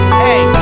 hey